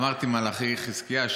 אמרתי מלאכי חזקיה.